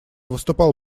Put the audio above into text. выступал